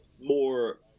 more